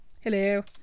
hello